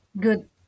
good